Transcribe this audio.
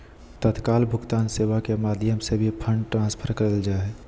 तत्काल भुगतान सेवा के माध्यम से भी फंड ट्रांसफर करल जा हय